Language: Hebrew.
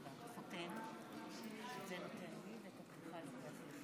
(חותם על ההצהרה)